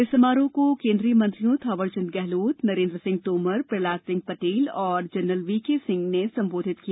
इस समारोह को केंद्रीय मंत्रियों थावरचंद गहलोत नरेंद्र सिंह तोमर प्रहलाद सिंह पटेल और जनरल डॉ वी के सिंह ने भी संबोधित किया